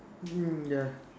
mm ya